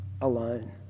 alone